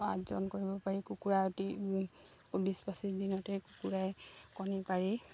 কৰিব পাৰি কুকুৰা অতি বিছ পঁচিছ দিনতেই কুকুৰাই কণী পাৰি